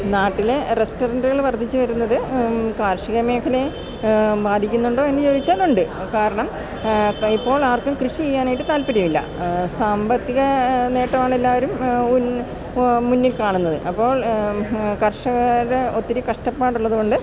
നാട്ടിലെ റസ്റ്റോറൻറ്റ്കൾ വർദ്ധിച്ച് വരുന്നത് കാർഷിക മേഖലയെ ബാധിക്കുന്നുണ്ടോ എന്ന് ചോദിച്ചാൽ ഉണ്ട് കാരണം ഇപ്പോൾ ആർക്കും കൃഷി ചെയ്യാനായിട്ട് താല്പര്യമില്ല സാമ്പത്തിക നേട്ടമാണ് എല്ലാവരും മുന്നീ കാണുന്നത് അപ്പോൾ കർഷകരെ ഒത്തിരി കഷ്ടപ്പാടുള്ളത് കൊണ്ട്